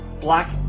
black